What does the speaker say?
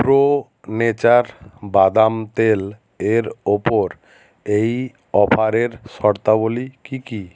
pro Nature বাদাম তেলের ওপর এই অফারের শর্তাবলী কী কী